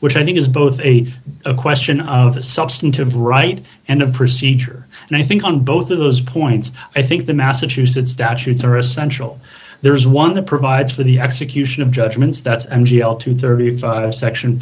which i think is both a question of a substantive right and a procedure and i think on both of those points i think the massachusetts statutes are essential there is one that provides for the execution of judgments that section